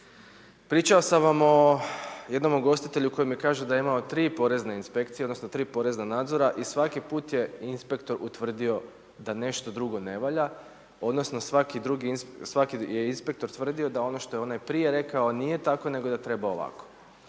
Pričao sam vam o jednom ugostitelju koji mi kaže da je imao tri porezne inspekcije odnosno tri porezna nadzora i svaki put je inspektor utvrdio da nešto drugo ne valja, odnosno svaki inspektor tvrdio da ono što je onaj prije rekao, nije tako nego da treba ovako.